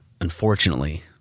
unfortunately